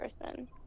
person